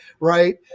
right